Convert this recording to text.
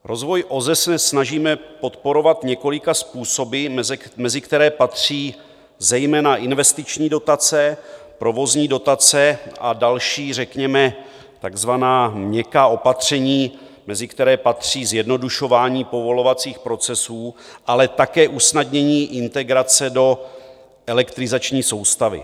Rozvoj OZE se snažíme podporovat několika způsoby, mezi které patří zejména investiční dotace, provozní dotace a další, řekněme takzvaná měkká opatření, mezi která patří zjednodušování povolovacích procesů, ale také usnadnění integrace do elektrizační soustavy.